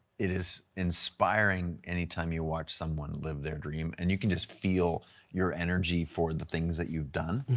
it is inspiring anytime you watch someone live their dream. and you can just feel your energy for the things that you've done.